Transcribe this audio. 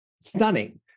stunning